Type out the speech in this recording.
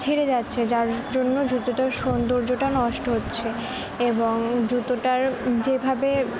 ছেড়ে যাচ্ছে যার জন্য জুতোটার সৌন্দর্যটা নষ্ট হচ্ছে এবং জুতোটার যেভাবে